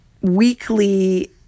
weekly